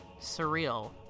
surreal